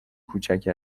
کوچک